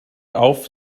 auf